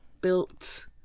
built